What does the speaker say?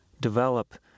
develop